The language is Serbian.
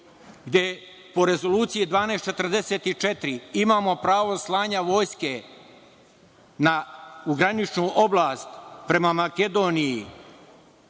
gde po Rezoluciji 1244 imamo pravo slanja vojske na graničnu oblast prema Makedoniji